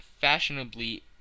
fashionably